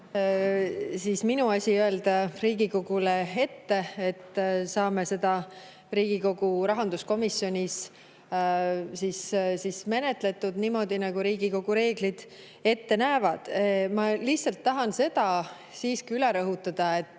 ole minu asi öelda Riigikogule ette, [kuidas toimida]. Saame selle Riigikogu rahanduskomisjonis menetletud niimoodi, nagu Riigikogu reeglid ette näevad. Ma lihtsalt tahan seda siiski üle rõhutada, et